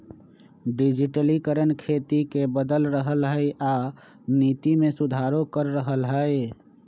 डिजटिलिकरण खेती के बदल रहलई ह आ नीति में सुधारो करा रह लई ह